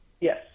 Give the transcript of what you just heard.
Yes